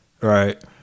Right